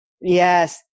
Yes